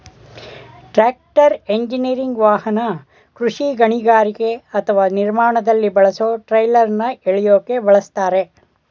tractor engineering ವಾಹನ ಕೃಷಿ ಗಣಿಗಾರಿಕೆ ಅಥವಾ ನಿರ್ಮಾಣದಲ್ಲಿ ಬಳಸೊ ಟ್ರೈಲರ್ನ ಎಳ್ಯೋಕೆ ಬಳುಸ್ತರೆ